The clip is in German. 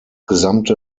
gesamte